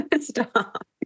Stop